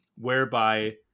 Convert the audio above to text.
whereby